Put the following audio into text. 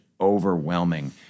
overwhelming